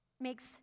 makes